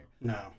No